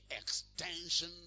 extension